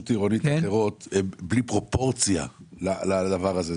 עירונית האחרות הן בלי פרופורציה לדבר הזה,